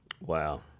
Wow